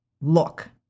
look